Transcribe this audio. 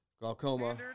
glaucoma